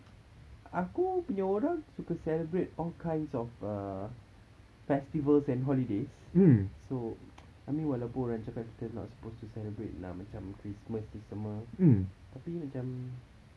aku punya orang suka celebrate all kind of uh festivals and holiday so I mean walaupun orang cakap kita not supposed to celebrate lah macam christmas ni semua tapi macam